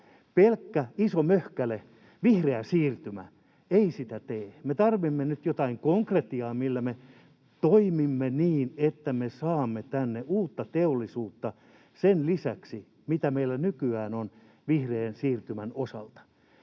Pelkkä iso möhkäle, vihreä siirtymä, ei sitä tee. Me tarvitsemme nyt jotain konkretiaa, millä me toimimme niin, että me saamme tänne uutta teollisuutta sen lisäksi, mitä meillä nykyään on vihreän siirtymän osalta.